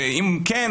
ואם כן,